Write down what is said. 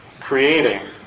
creating